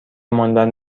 ماندن